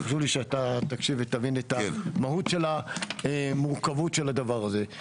חשוב לי שאתה תקשיב ותבין את המהות של המורכבות של הדבר הזה.